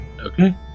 Okay